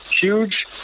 huge